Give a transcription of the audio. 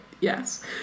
yes